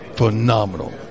Phenomenal